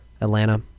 Atlanta